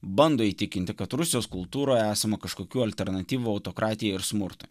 bando įtikinti kad rusijos kultūroje esama kažkokių alternatyvų autokratijai ir smurtui